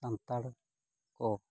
ᱥᱟᱱᱛᱟᱲ ᱠᱚ